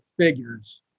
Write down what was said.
figures